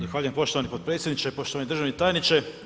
Zahvaljujem poštovani potpredsjedniče, poštovani državni tajniče.